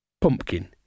Pumpkin